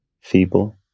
feeble